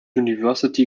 university